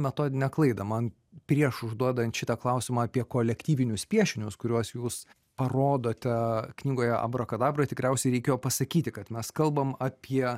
metodinę klaidą man prieš užduodant šitą klausimą apie kolektyvinius piešinius kuriuos jūs parodote knygoje abrakadabra tikriausiai reikėjo pasakyti kad mes kalbam apie